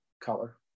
color